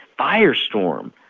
firestorm